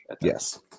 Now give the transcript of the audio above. yes